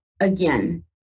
again